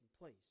place